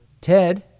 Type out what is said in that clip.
Ted